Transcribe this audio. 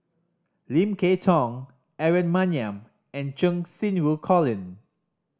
Lim Kay Tong Aaron Maniam and Cheng Xinru Colin